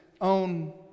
own